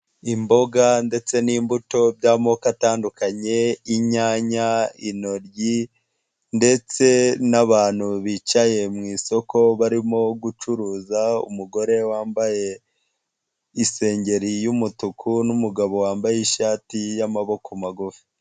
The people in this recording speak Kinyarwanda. Imboga ndetse n'imbuto by'ako atandukanye, inyanya, intoryi ndetse n'abantu bicaye mu isoko barimo gucuruza, umugore wambaye isengeri y'umutuku n'umugabo wambaye ishati y'amaboko magufi.